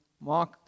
Mark